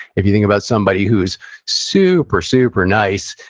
if you think about somebody who's super, super nice,